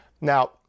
Now